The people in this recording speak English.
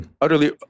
utterly